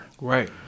Right